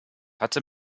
hatte